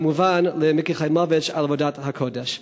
כמובן, למיקי חיימוביץ על עבודת הקודש.